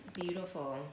Beautiful